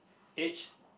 age